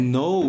no